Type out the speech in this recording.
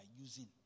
using